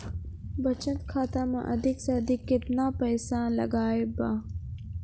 बचत खाता मे अधिक से अधिक केतना पैसा लगाय ब?